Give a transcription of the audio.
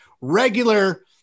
regular